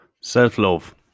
Self-love